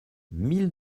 mille